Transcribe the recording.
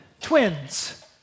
twins